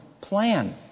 plan